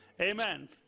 Amen